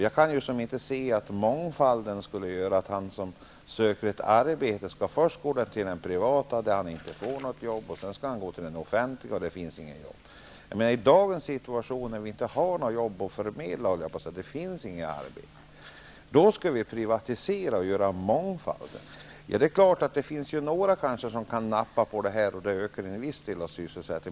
Jag kan inte se att mångfalden skulle göra att den som söker ett arbete först skall gå till den privata arbetsförmedlingen, där han inte får något jobb, och sedan till den offentliga, där det inte heller finns något jobb. I dagens situation när det inte finns några arbeten skall man privatisera och skapa mångfald. Det kanske finns några som kan nappa på detta, vilket leder till en viss ökning av sysselsättningen.